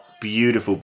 beautiful